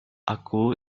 aku